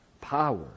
Power